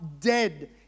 dead